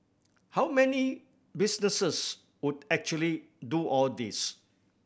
how many business would actually do all this